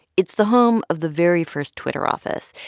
it's the home of the very first twitter office,